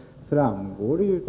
dess helhet.